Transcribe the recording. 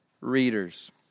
readers